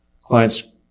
Client's